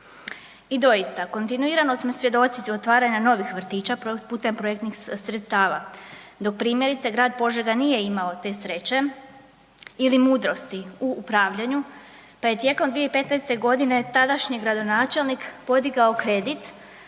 I doista, kontinuirano smo svjedoci otvaranja novih vrtića putem projektnih sredstava, dok primjerice grad Požega nije imao te sreće ili mudrosti u upravljanju, pa je tijekom 2015.g. tadašnji gradonačelnik podigao kredit